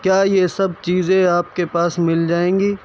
کیا یہ سب چیزیں آپ کے پاس مل جائیں گی